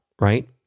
right